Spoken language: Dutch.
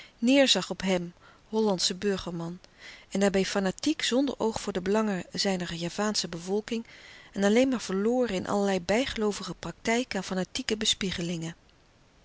neêrzag op hem hollandschen burgerman en daarbij fanatiek zonder oog voor de belangen zijner javaansche bevolking en alleen maar verloren louis couperus de stille kracht in allerlei bijgeloovige praktijken en